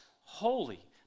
holy